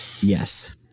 Yes